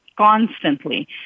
Constantly